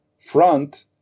front